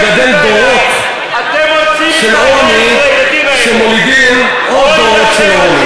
אתה מגדל דורות של עוני שמולידים עוד דורות של עוני.